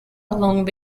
along